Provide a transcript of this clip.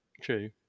true